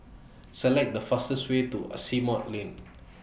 Select The fastest Way to Asimont Lane